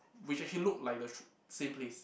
which actual looked like the true same place